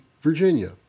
Virginia